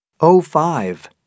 o-five